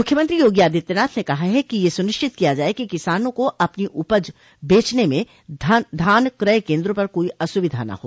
मुख्यमंत्री योगी आदित्यनाथ ने कहा है कि यह सुनिश्चित किया जाये कि किसानों को अपनी उपज बेचने में धान क्रय केन्द्रों पर कोई असुविधा न हो